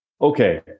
Okay